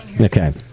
Okay